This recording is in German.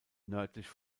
nördlich